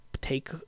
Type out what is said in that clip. take